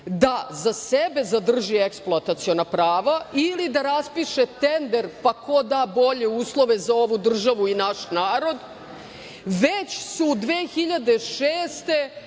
da za sebe zadrži eksploataciona prava ili da raspiše tender, pa ko da bolje uslove za ovu državu i naš narod. Već su 2006.